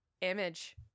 Image